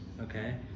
okay